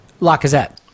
Lacazette